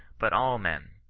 but all men,